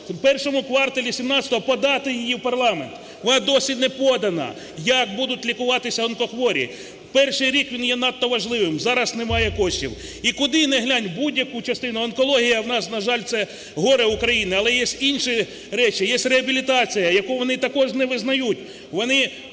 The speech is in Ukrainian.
у І кварталі 17-го подати її в парламент. Вона досі не подана! Як будуть лікуватися онкохворі? Перший рік, він є надто важливим. Зараз немає коштів. І куди не глянь, в будь-яку частину, онкологія, у нас, на жаль, це горе України. Але є інші речі. Є реабілітація, яку вони також не визнають.